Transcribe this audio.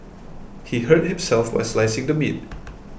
he hurt himself while slicing the meat